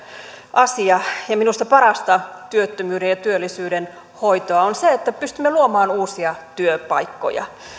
asia minusta parasta työttömyyden ja työllisyyden hoitoa on se että pystymme luomaan uusia työpaikkoja